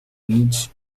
needs